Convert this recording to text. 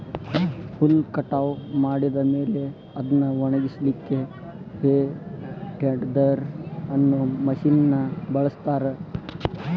ಹುಲ್ಲ್ ಕಟಾವ್ ಮಾಡಿದ ಮೇಲೆ ಅದ್ನ ಒಣಗಸಲಿಕ್ಕೆ ಹೇ ಟೆಡ್ದೆರ್ ಅನ್ನೋ ಮಷೇನ್ ನ ಬಳಸ್ತಾರ